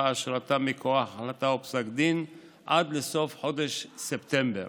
אשרתם מכוח החלטה או פסק דין עד לסוף חודש ספטמבר.